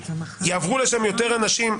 יעברו לשם יותר אנשים,